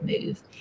move